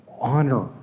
honor